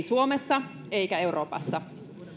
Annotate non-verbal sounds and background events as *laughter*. *unintelligible* suomessa eikä euroopassa